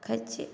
हम रखै छी